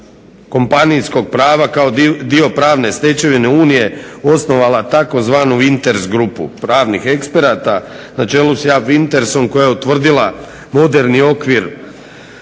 kompanijskog prava kao dio pravne stečevine Unije osnovala tzv. Winters grupu pravnih eksperata na čelu s …/Ne razumije se./… Wintersom koja je utvrdila moderni okvir